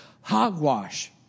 hogwash